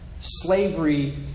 slavery